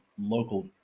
local